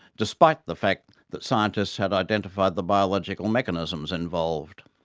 despite the fact that scientists had identified the biological mechanisms involved.